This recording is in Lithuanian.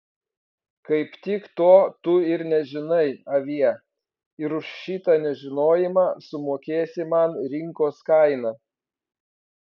kaip tik to tu ir nežinai avie ir už šitą nežinojimą sumokėsi man rinkos kainą